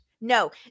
no